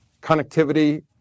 connectivity